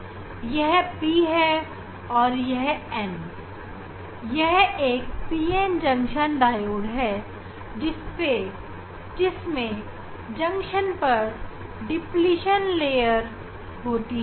यह p और यह n है यह एक p n जंक्शन डायोड है जिसमें जंक्शन पर डिप्लीशन लेयर होती है